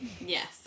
Yes